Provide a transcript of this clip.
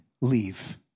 Leave